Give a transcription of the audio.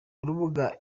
urubuga